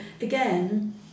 again